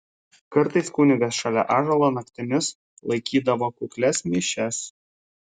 kartais kunigas šalia ąžuolo naktimis laikydavo kuklias mišias